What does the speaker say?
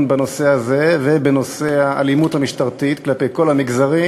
בנושא הזה ובנושא האלימות המשטרתית כלפי כל המגזרים.